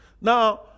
Now